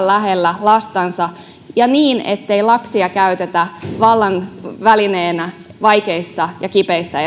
lähellä lapsiansa ja niin ettei lapsia käytetä vallan välineenä vaikeissa ja kipeissä